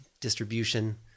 distribution